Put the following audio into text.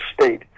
state